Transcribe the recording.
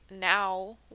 now